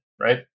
right